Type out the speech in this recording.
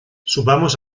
subamos